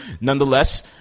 Nonetheless